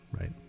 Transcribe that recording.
Right